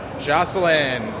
Jocelyn